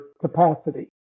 capacity